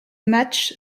match